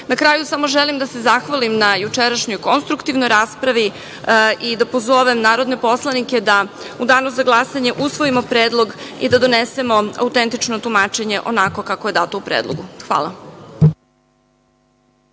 kraju samo želim da se zahvalim na jučerašnjoj konstruktivnoj raspravi i da pozovem narodne poslanike da u danu za glasanje usvojimo predlog i da donesemo autentično tumačenje onako kako je dato u predlogu. Hvala.